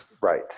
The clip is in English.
Right